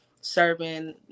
serving